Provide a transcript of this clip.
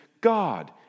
God